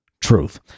truth